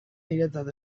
niretzat